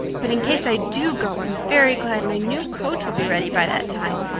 but in case i do go i'm very glad my new coat will be ready by that time.